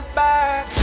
back